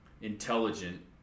intelligent